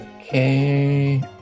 Okay